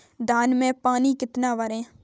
धान में पानी कितना भरें?